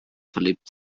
verliebt